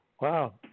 Wow